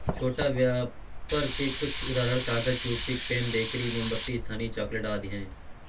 छोटा व्यापर के कुछ उदाहरण कागज, टूथपिक, पेन, बेकरी, मोमबत्ती, स्थानीय चॉकलेट आदि हैं